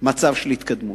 מצב של התקדמות.